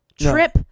trip